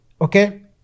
okay